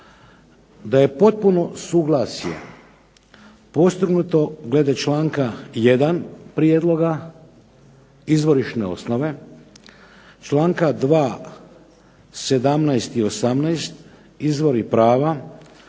da je potpuno suglasje postignuto glede članka 1. Prijedloga Izvorišne osnove, članka 2. 17. i 18. Izvori i prava,